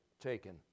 taken